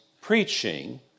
preaching